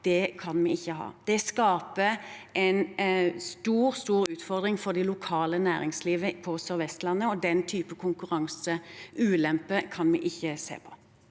kan vi ikke ha. Det skaper en stor, stor utfordring for det lokale næringslivet på SørVestlandet, og den type konkurranseulempe kan vi ikke se på.